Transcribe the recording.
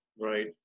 Right